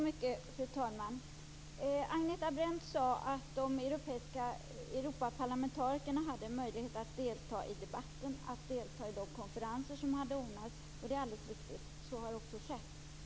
Fru talman! Agneta Brendt sade att Europaparlamentarikerna hade möjlighet att delta i debatten och att delta i de konferenser som hade ordnats. Det är alldeles riktigt. Så har också skett.